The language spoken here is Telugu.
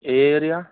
A area